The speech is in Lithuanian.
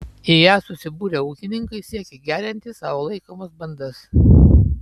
į ją susibūrę ūkininkai siekia gerinti savo laikomas bandas